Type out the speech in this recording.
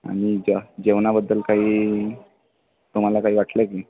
आणि जे जेवणाबद्दल काही तुम्हाला काही वाटलं की